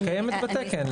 היא קיימת בתקן,